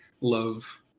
love